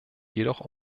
jedoch